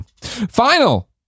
final